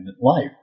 life